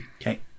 Okay